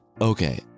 Okay